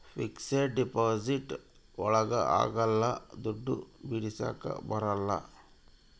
fixed deposit ಒಳಗ ಅಗ್ಲಲ್ಲ ದುಡ್ಡು ಬಿಡಿಸಕ ಬರಂಗಿಲ್ಲ